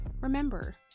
Remember